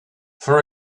for